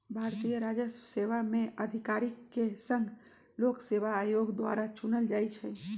भारतीय राजस्व सेवा में अधिकारि के संघ लोक सेवा आयोग द्वारा चुनल जाइ छइ